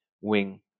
wing